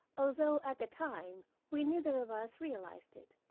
although at the time we neither of us realized it,